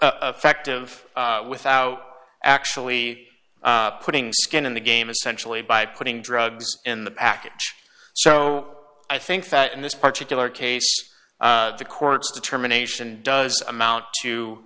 or affective without actually putting skin in the game essentially by putting drugs in the package so i think that in this particular case the court's determination does amount to